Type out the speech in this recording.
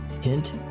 Hint